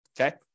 Okay